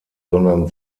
sondern